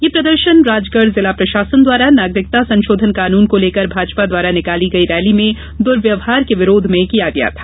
यह प्रदर्शन राजगढ़ जिला प्रशासन द्वारा नागरिकता संशोधन कानून को लेकर भाजपा द्वारा निकाली गई रैली में दुर्व्यवहार के विरोध में किया था